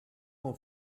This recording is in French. mon